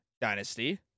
dynasty